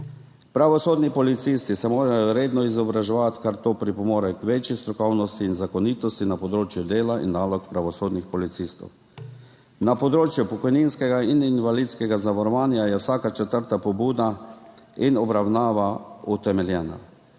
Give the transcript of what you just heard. Pravosodni policisti se morajo redno izobraževati, ker to pripomore k večji strokovnosti in zakonitosti na področju dela in nalog pravosodnih policistov. Na področju pokojninskega in invalidskega zavarovanja je vsaka četrta pobuda in obravnava utemeljena.